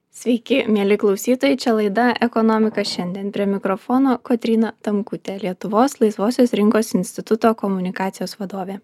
sveiki mieli klausytojai čia laida ekonomika šiandien prie mikrofono kotryna tamkutė lietuvos laisvosios rinkos instituto komunikacijos vadovė